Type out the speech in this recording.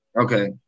Okay